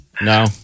No